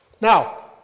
Now